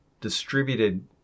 distributed